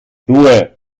ruhe